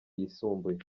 yisumbuye